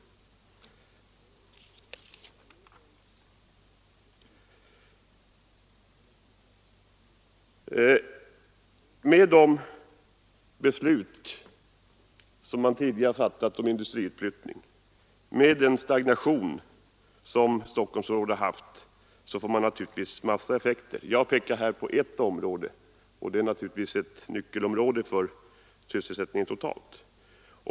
De beslut som man tidigare fattat om industriutflyttning och den stagnation som Stockholmsområdet har haft får naturligtvis en massa effekter. Jag har här pekat på ett område, ett nyckelområde för sysselsättningen totalt.